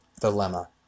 dilemma